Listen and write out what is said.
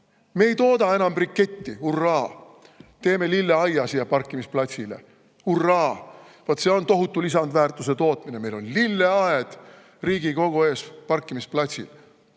Me ei tooda enam briketti – hurraa! Teeme lilleaia siia parkimisplatsile – hurraa! Vot see on tohutu lisandväärtuse tootmine, et meil on lilleaed Riigikogu ees parkimisplatsil,